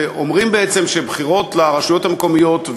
ואומרים בעצם שבחירות לרשויות המקומיות,